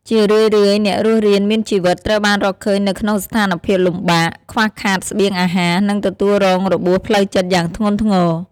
ជារឿយៗ អ្នករស់រានមានជីវិតត្រូវបានរកឃើញនៅក្នុងស្ថានភាពលំបាក ខ្វះខាតស្បៀងអាហារ និងទទួលរងរបួសផ្លូវចិត្តយ៉ាងធ្ងន់ធ្ងរ។